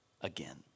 again